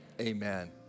amen